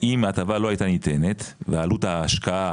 שאם ההטבה לא הייתה ניתנת ועלות ההשקעה